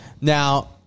Now